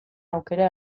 aukera